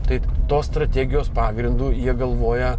tai tos strategijos pagrindu jie galvoja